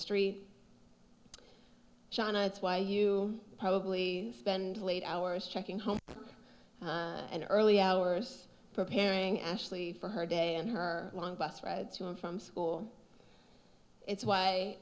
street john it's why you probably spend late hours checking home and early hours preparing ashley for her day and her long bus ride to and from school it's